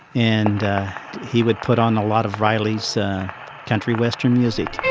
and he would put on a lot of riley's country western music